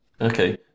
Okay